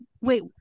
Wait